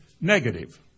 negative